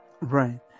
Right